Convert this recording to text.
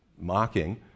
mocking